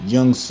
Young